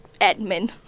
admin